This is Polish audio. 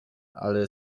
ale